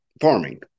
farming